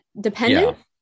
dependent